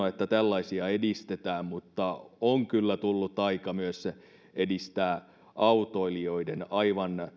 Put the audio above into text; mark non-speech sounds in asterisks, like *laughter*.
*unintelligible* että tällaisia edistetään mutta on kyllä tullut aika myös edistää autoilijoiden asioita vähentää aivan